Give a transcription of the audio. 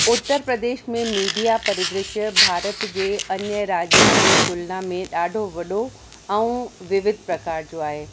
उत्तर प्रदेश में मीडिया परिदृश्य भारत जे अन्य राज्यनि जी तुलना में ॾाढो वॾो ऐं विविध प्रकार जो आहे